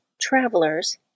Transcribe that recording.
travelers